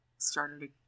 Started